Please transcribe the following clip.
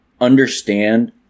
understand